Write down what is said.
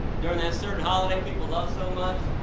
during the certain holiday people love so much,